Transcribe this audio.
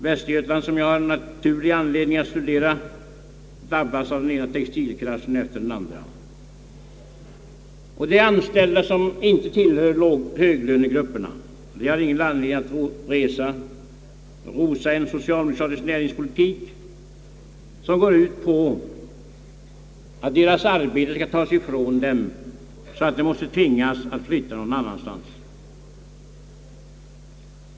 Västergötland, som jag av naturliga anledningar studerat, drabbas av den ena textilkraschen efter den andra. Det gäller här anställda, som inte tillhör höglönegrupperna. De har ingen anledning att rosa en socialdemokratisk näringspolitik, som går ut på att deras arbete skall tas ifrån dem så att de tvingas att flytta någon annanstans.